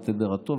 התדר הטוב,